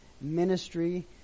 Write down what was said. ministry